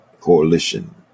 Coalition